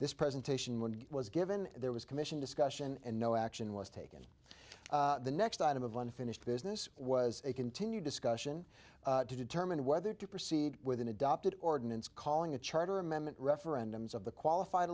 this presentation was given there was commission discussion and no action was taken the next item of unfinished business was a continued discussion to determine whether to proceed with an adopted ordinance calling a charter amendment referendums of the qualified